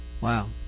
Wow